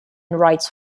rights